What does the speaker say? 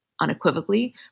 unequivocally